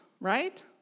right